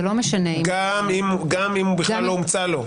זה לא משנה אם --- גם אם הומצא לו?